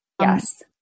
Yes